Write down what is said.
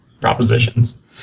Propositions